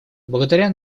благодаря